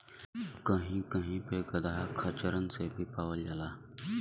कही कही पे गदहा खच्चरन से भी पावल जाला